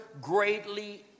greatly